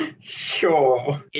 Sure